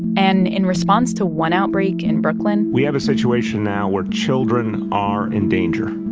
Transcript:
and in response to one outbreak in brooklyn. we have a situation now where children are in danger.